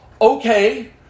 Okay